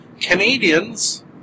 Canadians